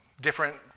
different